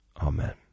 amen